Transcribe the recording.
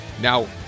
Now